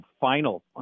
final